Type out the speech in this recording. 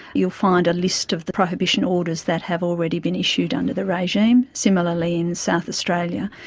you'll find a list of the prohibition orders that have already been issued under the regime, similarly in south australia.